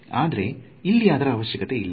ಆದ್ರೆ ಇಲ್ಲಿ ಅದರ ಅವಶ್ಯಕತೆ ಇಲ್ಲ